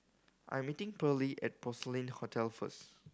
I am meeting Pearlie at Porcelain Hotel first